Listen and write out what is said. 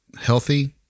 healthy